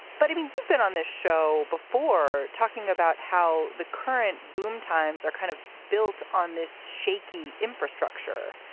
but it means you've been on this show before talking about how the current boom times are kind of built on this shaky infrastructure.